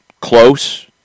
close